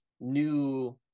new